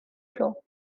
floor